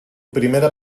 primera